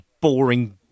boring